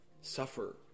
suffer